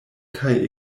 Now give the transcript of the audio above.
kaj